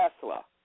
Tesla